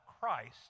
Christ